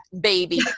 baby